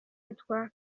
hitwa